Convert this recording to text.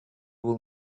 will